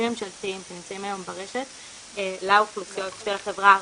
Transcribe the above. ממשלתיים שנמצאים היום ברשת לאוכלוסיות של החברה הערבית.